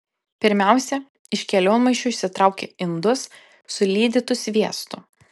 pirmiausia iš kelionmaišių išsitraukia indus su lydytu sviestu